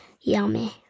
Yummy